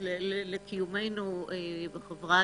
לקיומנו.